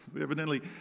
Evidently